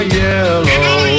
yellow